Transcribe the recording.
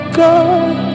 god